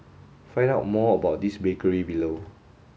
find out more about this bakery below